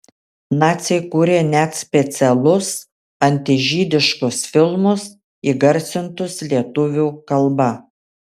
naciai kūrė net specialus antižydiškus filmus įgarsintus lietuvių kalba